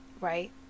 Right